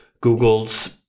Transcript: Google's